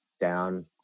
down